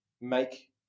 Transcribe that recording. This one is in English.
make